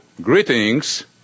greetings